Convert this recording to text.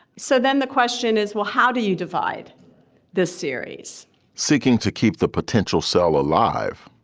so then the question is, well, how do you divide this series seeking to keep the potential cell alive?